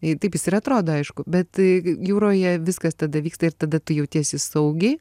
jei taip jis ir atrodo aišku bet jūroje viskas tada vyksta ir tada tu jautiesi saugiai